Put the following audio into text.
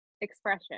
expression